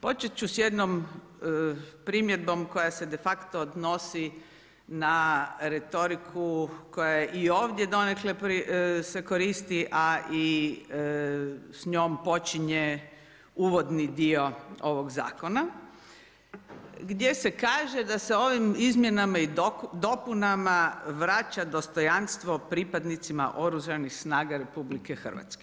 Počet ću s jednom primjedbom koja se de facto odnosi na retoriku koja i ovdje donekle se koristi a i s njom počinje uvodni dio ovog zakona gdje se kaže da se ovim izmjenama i dopunama vraća dostojanstvo pripadnicima OS-a RH.